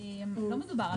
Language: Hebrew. אני מדבר על